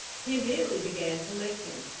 he immediately began to lick him,